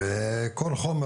כל החומר,